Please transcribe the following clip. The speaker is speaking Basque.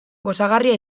gozagarria